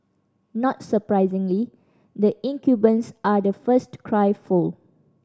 not surprisingly the incumbents are the first to cry foul